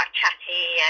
chatty